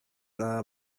nada